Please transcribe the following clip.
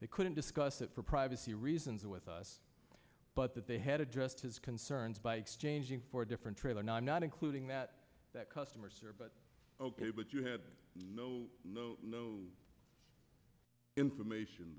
they couldn't discuss it for privacy reasons with us but that they had addressed his concerns by exchanging for a different trailer no i'm not including that that customers are but ok but you had no information